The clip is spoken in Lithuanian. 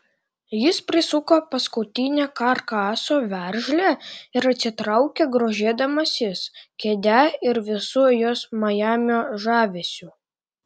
jis prisuko paskutinę karkaso veržlę ir atsitraukė grožėdamasis kėde ir visu jos majamio žavesiu